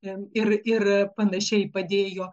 ten ir ir panašiai padėjo